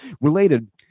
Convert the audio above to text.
Related